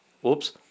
whoops